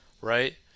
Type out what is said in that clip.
Right